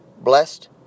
blessed